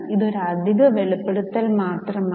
ഇത് ഒരു അധിക വെളിപ്പെടുത്തൽ മാത്രമാണ്